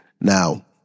Now